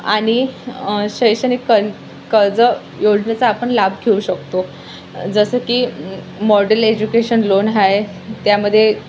आणि शैक्षणिक कर्ज कर्ज योजनेचा आपण लाभ घेऊ शकतो जसं की मॉडल एज्युकेशन लोन आहे त्यामध्ये